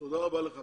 תודה רבה לך.